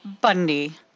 bundy